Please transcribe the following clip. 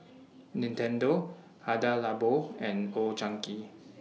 Nintendo Hada Labo and Old Chang Kee